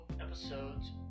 episodes